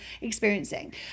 experiencing